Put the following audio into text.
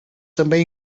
também